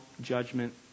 judgment